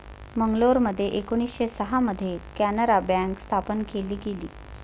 मंगलोरमध्ये एकोणीसशे सहा मध्ये कॅनारा बँक स्थापन केली गेली